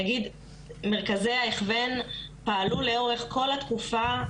נגיד שמרכזי ההכוון פעלו לאורך כל התקופה,